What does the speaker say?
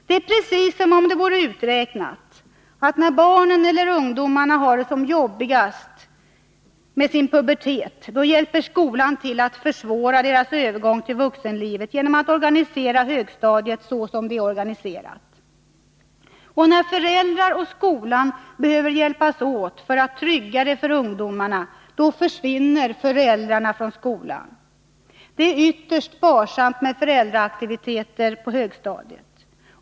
Det är precis som om det vore uträknat att när barnen eller ungdomarna har det som jobbigast med sin pubertet, då ”hjälper skolan till” att försvåra deras övergång till vuxenlivet genom att organisera högstadiet så som det är organiserat. När föräldrarna och skolan behöver hjälpas åt för att göra det tryggt för ungdomarna, då försvinner föräldrarna från skolan. Det är ytterst sparsamt med föräldraaktiviteter på högstadiet.